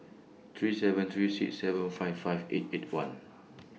three seven three six seven five five eight eight one